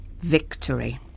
victory